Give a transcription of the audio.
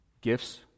gifts